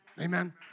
Amen